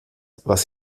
was